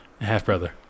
Half-brother